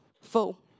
full